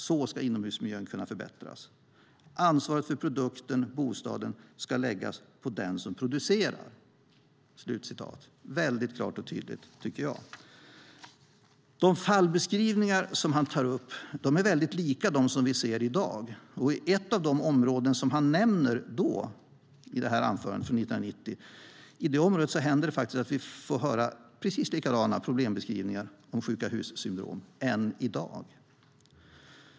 Så skall inomhusmiljön kunna förbättras. Ansvaret för produkten/bostaden skall läggas på den som producerar." Det är väldigt klart och tydligt, tycker jag. De fallbeskrivningar som han tar upp är väldigt lika de som vi ser i dag. Och från ett av de områden som han nämnde i anförandet 1990 händer det att vi får höra precis likadana problembeskrivningar av sjuka-hus-syndrom än i dag.